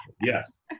Yes